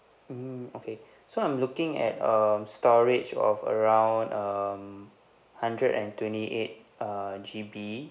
mm okay so I'm looking at um storage of around um hundred and twenty eight uh G_B